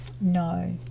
No